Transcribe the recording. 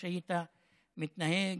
היית מתנהג,